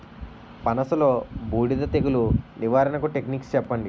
పనస లో బూడిద తెగులు నివారణకు టెక్నిక్స్ చెప్పండి?